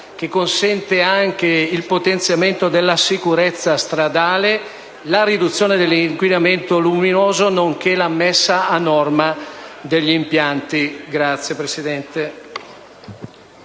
che consente anche il potenziamento della sicurezza stradale, la riduzione dell'inquinamento luminoso, nonché la messa a norma degli impianti.